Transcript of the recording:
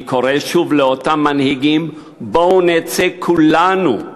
אני קורא שוב לאותם מנהיגים: בואו נצא כולנו,